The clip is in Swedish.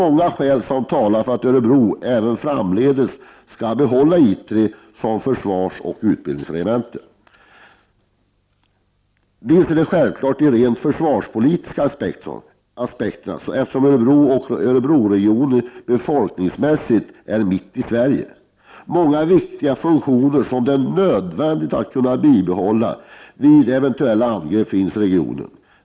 Många skäl talar för att Örebro även framdeles skall behålla I 3 som försvarsoch utbildningsregemente. De rent försvarspolitiska aspekterna talar självfallet för det, eftersom Örebro och Örebroregionen befolkningsmässigt är mitt i Sverige. Många viktiga funktioner, som det är nödvändigt att kunna bibehålla vid eventuella angrepp, finns i regionen.